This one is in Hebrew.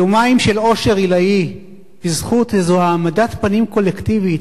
יומיים של אושר עילאי בזכות איזה העמדת פנים קולקטיבית,